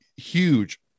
Huge